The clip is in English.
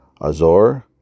Azor